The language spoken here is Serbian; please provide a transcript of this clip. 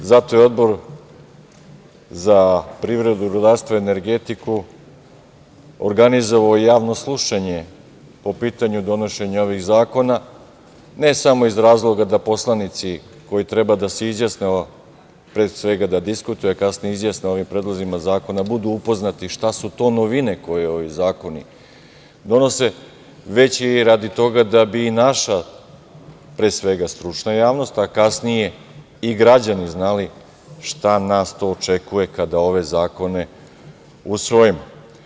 Zato je Odbor za privredu, rudarstvo i energetiku organizovao javno slušanje po pitanju donošenja ovih zakona, ne samo iz razloga da poslanici koji treba da se izjasne, pre svega da diskutuju, a kasnije izjasne o ovim predlozima zakona, budu upoznati šta su to novine koje ovi zakoni donose, već i radi toga da bi naša stručna javnost, a kasnije i građani šta nas to očekuje kada ove zakone usvojimo.